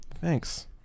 Thanks